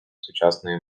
сучасної